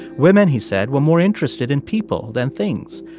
women, he said, were more interested in people than things.